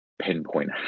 pinpoint